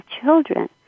children